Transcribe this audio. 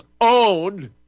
owned